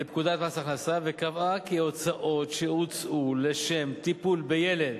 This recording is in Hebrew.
לפקודת מס הכנסה וקבעה כי הוצאות שהוצאו לשם טיפול בילד,